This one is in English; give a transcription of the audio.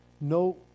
no